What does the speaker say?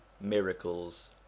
Miracles